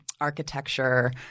architecture